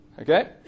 Okay